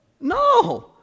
No